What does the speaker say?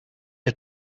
had